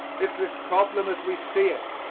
is this problem as we see it,